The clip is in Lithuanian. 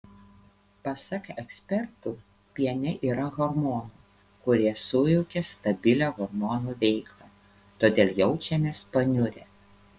pasak ekspertų piene yra hormonų kurie sujaukia stabilią hormonų veiklą todėl jaučiamės paniurę